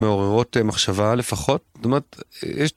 מעוררות מחשבה לפחות.